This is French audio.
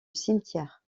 cimetière